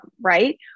right